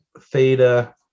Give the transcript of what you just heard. theta